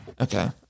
Okay